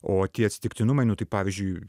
o tie atsitiktinumai nu tai pavyzdžiui